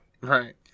Right